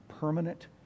permanent